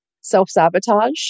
self-sabotage